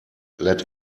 let